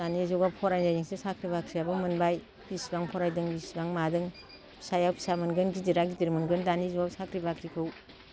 दानि जुगाव फरायनायजोंसो साख्रि बाख्रियाबो मोनबाय बिसिबां फरायदों बिसिबां मादों फिसाया फिसा मोनगोन गिदिरा गिदिर मोनगोन दानि जुगाव साख्रि बाख्रिखौ